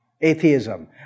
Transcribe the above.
atheism